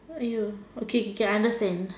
!aiyo! okay K K I understand